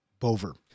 Bover